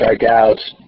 strikeouts